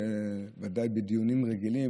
ודאי בדיונים רגילים,